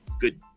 good